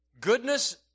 goodness